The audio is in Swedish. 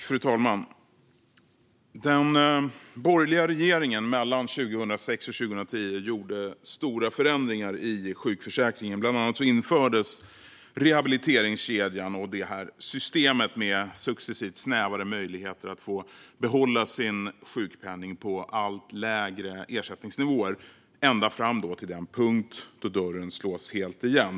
Fru talman! Den borgerliga regeringen gjorde mellan 2006 och 2010 stora förändringar i sjukförsäkringen. Bland annat infördes rehabiliteringskedjan och systemet med successivt snävare möjligheter att få behålla sin sjukpenning - på allt lägre ersättningsnivåer - ända fram till den punkt då dörren slås igen helt.